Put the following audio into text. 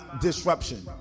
disruption